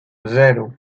zero